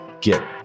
get